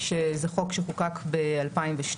שזה חוק שחוקק ב-2002.